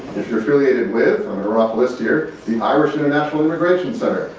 if you're affiliated with, on the rough list here, the irish international immigration center,